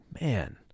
man